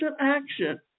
action